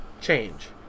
change